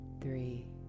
three